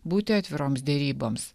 būti atviroms deryboms